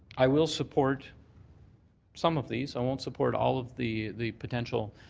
i will support some of these. i won't support all of the the potential